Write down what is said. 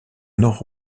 nord